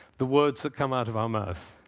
the words that come out of our mouth.